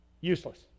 Useless